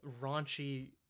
raunchy